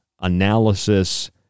analysis